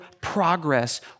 progress